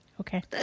Okay